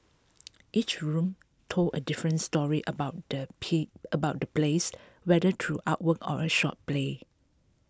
each room told a different story about the P about the place whether through artwork or a short play